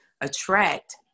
attract